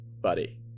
buddy